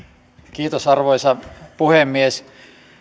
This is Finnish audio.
kiitos arvoisa puhemies